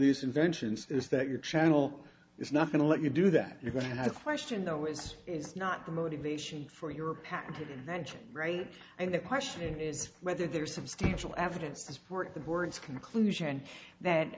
these inventions is that your channel is not going to let you do that you're going to have a question though is is not the motivation for your patented invention right and the question is whether there is substantial evidence to support the board's conclusion that